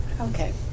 Okay